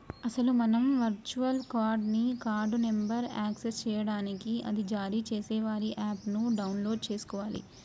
అసలు మనం virtual card ని కార్డు నెంబర్ను యాక్సెస్ చేయడానికి అది జారీ చేసే వారి యాప్ ను డౌన్లోడ్ చేసుకోవాలి